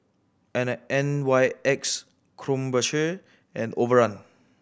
N N Y X Krombacher and Overrun